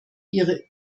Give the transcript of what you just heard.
ihre